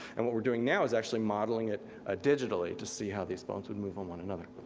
and what we're doing now is actually modeling it ah digitally, to see how these bones would move on one another.